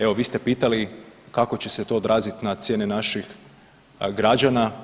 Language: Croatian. Evo vi ste pitali kako će se to odraziti na cijene naših građana?